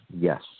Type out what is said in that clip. Yes